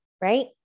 right